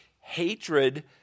Hatred